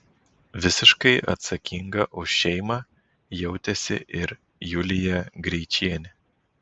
visiškai atsakinga už šeimą jautėsi ir julija greičienė